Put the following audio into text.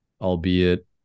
albeit